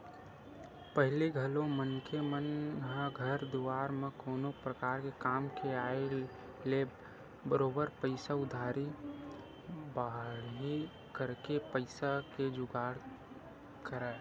पहिली घलो मनखे मन ह घर दुवार म कोनो परकार के काम के आय ले बरोबर पइसा उधारी बाड़ही करके पइसा के जुगाड़ करय